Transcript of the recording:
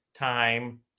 time